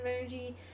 energy